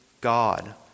God